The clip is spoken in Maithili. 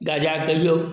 गाँजा कहिऔ